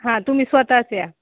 हां तुम्ही स्वतःच या